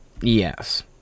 Yes